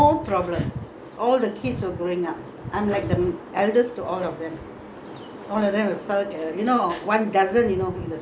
all they were married we were all staying in the same house those days no problem all the kids were growing up I'm like the eldest to all of them